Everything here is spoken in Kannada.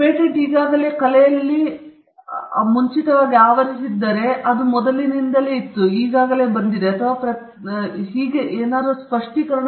ಪೇಟೆಂಟ್ ಈಗಾಗಲೇ ಕಲೆಯಲ್ಲಿ ಮುಂಚಿತವಾಗಿ ಏನನ್ನಾದರೂ ಆವರಿಸಿದ್ದರೆ ಅದು ಮುಂಚಿತವಾಗಿಯೇ ಇದೆ ಅದು ಈಗಾಗಲೇ ಬಂದಿದೆ ಅಥವಾ ಪೇಟೆಂಟ್ ಪ್ರತಿಯೊಬ್ಬರಿಗೂ ಮಾಡಲು ಸ್ಪಷ್ಟವಾಗಿದೆ